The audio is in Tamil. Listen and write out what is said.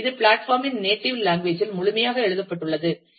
இது பிளாட்பார்ம் இன் நேட்டிவ் லாங்குவேஜ் இல் முழுமையாக எழுதப்பட்டுள்ளது